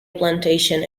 plantation